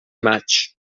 maig